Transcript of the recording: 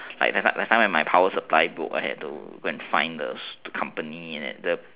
like like that time my power supply broke I had to go find the company the